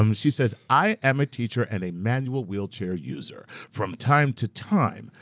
um she says, i am a teacher and a manual wheelchair user. from time to time,